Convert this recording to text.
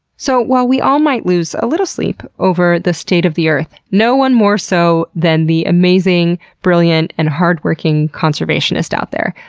so, while we all might lose a little sleep over the state of the earth, no one more so than the amazing, brilliant and hard-working conservationists out there.